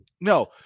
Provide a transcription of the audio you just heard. no